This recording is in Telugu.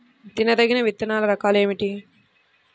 తినదగిన విత్తనాల రకాలు ఏమిటి?